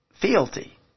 fealty